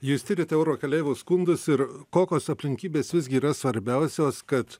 jūs tiriate oro keleivių skundus ir kokios aplinkybės visgi yra svarbiausios kad